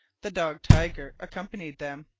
the dog tiger accompanied them.